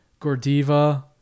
Gordiva